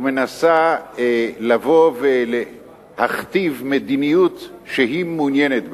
או מנסה לבוא ולהכתיב מדיניות שהיא מעוניינת בה,